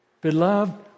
Beloved